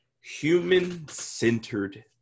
human-centered